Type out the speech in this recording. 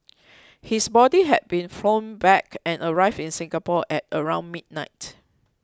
his body had been flown back and arrived in Singapore at around midnight